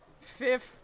fifth